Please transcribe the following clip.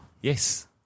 Yes